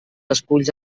esculls